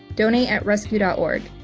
donate at rescue. org.